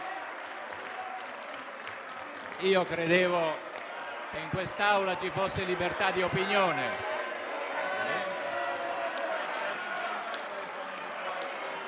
credevo che in quest'Aula ci fosse libertà di opinione.